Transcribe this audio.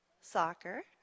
Soccer